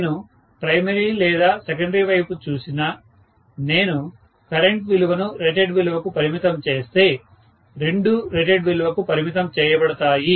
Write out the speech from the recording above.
నేను ప్రైమరీ లేదా సెకండరీ వైపు చూసినా నేను కరెంట్ విలువను రేటెడ్ విలువకు పరిమితం చేస్తే రెండూ రేటెడ్ విలువకు పరిమితం చేయబడతాయి